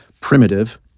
primitive